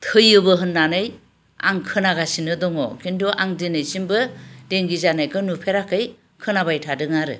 थैयोबो होननानै आं खोनागासिनो दङ खिन्थु आं दिनैसिमबो देंगि जानायखौ नुफेराखै खोनाबाय थादों आरो